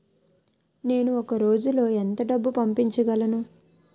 నేను ఒక రోజులో ఎంత డబ్బు పంపించగలను?